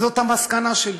זאת המסקנה שלי.